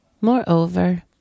Moreover